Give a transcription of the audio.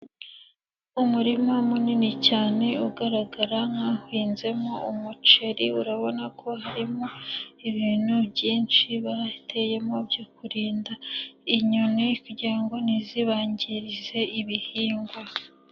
Umurima munini cyane ugaragara nk'uhinzemo umuceri urabona ko harimo ibintu byinshi bateyemo byo kurinda inyoni kugira ngo ntizibangirize ibihingwa.